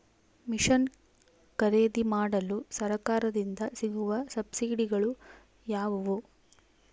Mission ಖರೇದಿಮಾಡಲು ಸರಕಾರದಿಂದ ಸಿಗುವ ಸಬ್ಸಿಡಿಗಳು ಯಾವುವು?